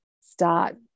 start